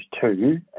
two